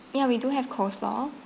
ya we do have coleslaw